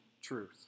truth